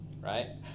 right